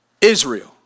Israel